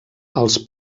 els